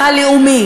לא לרגליים,